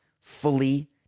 fully